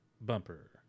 bumper